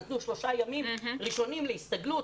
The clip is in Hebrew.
נתנו שלושה ימים ראשונים להסתגלות,